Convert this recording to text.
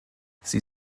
sie